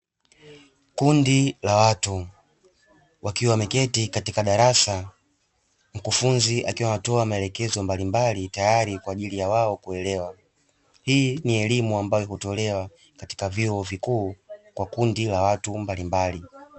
Kundi la watu wakiwa wameketi katika darasa. Mkufunzi akiwa anatoa maelekezo mbalimbali tayari kwa ajili ya wao kuelewa. Hii ni elimu ambayo kutolewa katika vyuo vikuu kwa kundi la watu mbalimbali.